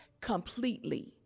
completely